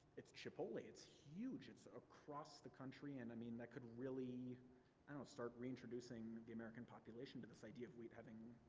it's chipotle it's huge, it's across the country, and i mean that could really and start reintroducing the american population to this idea of wheat having,